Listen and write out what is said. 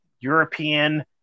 European